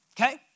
Okay